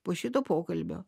po šito pokalbio